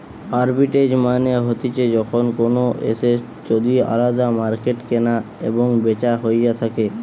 arbitrage মানে হতিছে যখন কোনো এসেট যদি আলদা মার্কেটে কেনা এবং বেচা হইয়া থাকে